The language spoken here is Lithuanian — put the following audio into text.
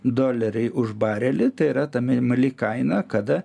doleriai už barelį tai yra ta minimali kaina kada